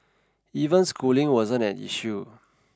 even schooling wasn't an issue